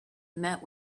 met